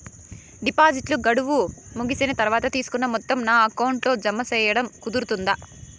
డిపాజిట్లు గడువు ముగిసిన తర్వాత, తీసుకున్న మొత్తం నా అకౌంట్ లో జామ సేయడం కుదురుతుందా?